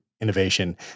innovation